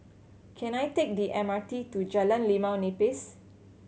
can I take the M R T to Jalan Limau Nipis